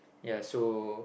ya so